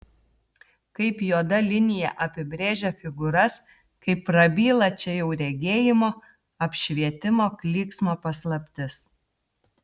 kaip juoda linija apibrėžia figūras kaip prabyla čia jau regėjimo apšvietimo klyksmo paslaptis